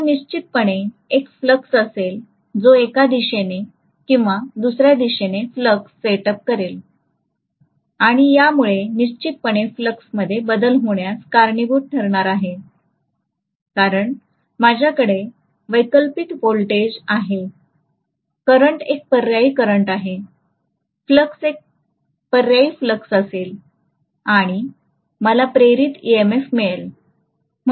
आता निश्चितपणे एक फ्लक्स असेल जो एका दिशेने किंवा दुसऱ्या दिशेने फ्लक्स सेटअप करेल आणि यामुळे निश्चितपणे फ्लक्समध्ये बदल होण्यास कारणीभूत ठरणार आहे कारण माझ्याकडे वैकल्पिक व्होल्टेज आहे करंट एक पर्यायी करंट आहे फ्लक्स एक पर्यायी फ्लक्स असेल आणि मला प्रेरित EMF मिळेल